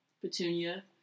Petunia